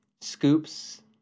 scoops